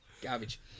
garbage